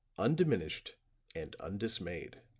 undiminished and undismayed.